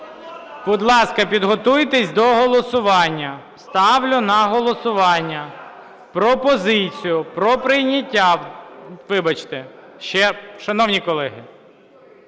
Будь ласка, підготуйтесь до голосування. Ставлю на голосування пропозицію про прийняття… Вибачте. Шановні колеги!